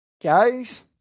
Guys